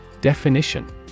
Definition